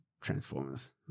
Transformers